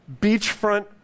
beachfront